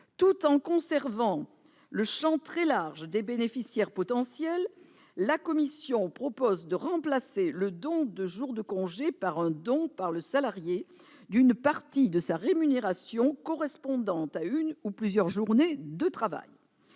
Tout en conservant le champ très large des bénéficiaires potentiels, la commission propose de remplacer le don de jours de congé par un don du salarié d'une partie de sa rémunération correspondant à une ou à plusieurs journées de travail.